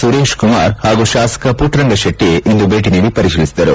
ಸುರೇಶ್ ಕುಮಾರ್ ಹಾಗೂ ಶಾಸಕ ಪುಟ್ಟರಂಗ ಶೆಟ್ಟಿ ಇಂದು ಭೇಟಿ ನೀಡಿ ಪರಿತೀಲಿಸಿದರು